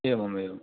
एवमेवम्